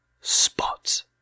spots